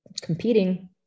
competing